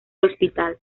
hospital